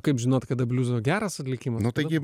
kaip žinot kada bliuzo geras atlikimas nu taigi